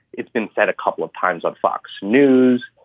it's been said a couple of times on fox news.